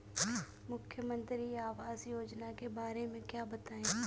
मुख्यमंत्री आवास योजना के बारे में बताए?